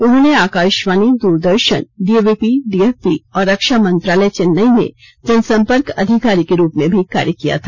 उन्होंने Akashvani Doordarshan DAVP DFP और रक्षा मंत्रालय चेन्नेई में जनसंपर्क अधिकारी को रूप में भी कार्य किया था